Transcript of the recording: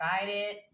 excited